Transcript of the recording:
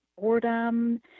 boredom